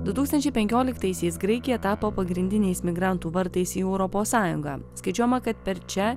du tūkstančiai penkioliktaisiais graikija tapo pagrindiniais migrantų vartais į europos sąjungą skaičiuojama kad per čia